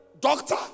Doctor